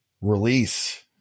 release